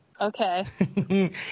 Okay